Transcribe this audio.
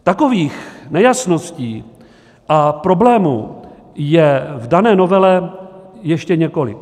Takových nejasností a problémů je v dané novele ještě několik.